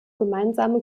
gemeinsame